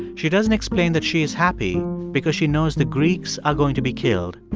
she doesn't explain that she is happy because she knows the greeks are going to be killed.